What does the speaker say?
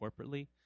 corporately